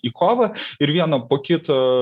į kovą ir vieną po kito